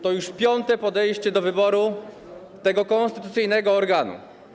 To już piąte podejście do wyboru tego konstytucyjnego organu.